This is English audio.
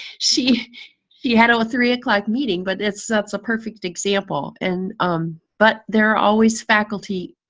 she yeah had a three o'clock meeting but that's that's a perfect example and um but there are always faculty,